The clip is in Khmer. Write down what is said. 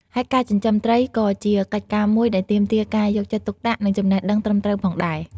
ហើយការចិញ្ចឹមត្រី ក៏ជាកិច្ចការមួយដែលទាមទារការយកចិត្តទុកដាក់ និងចំណេះដឹងត្រឹមត្រូវផងដែរ។